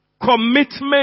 Commitment